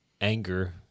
Anger